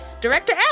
director